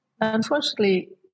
unfortunately